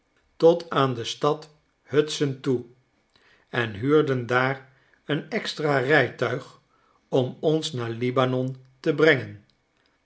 tot aan de stad hudson toe en huurden daar een extra rijtuig om ons naar libanon te brengen